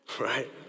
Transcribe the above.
right